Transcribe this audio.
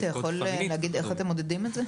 אתה יכול להגיד איך אתם מודדים את זה?